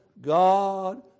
God